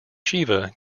shiva